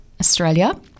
Australia